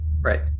Right